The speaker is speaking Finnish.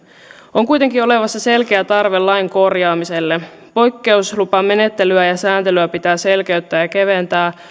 on kuitenkin olemassa selkeä tarve lain korjaamiselle poikkeuslupamenettelyä ja sääntelyä pitää selkeyttää ja ja keventää